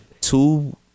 two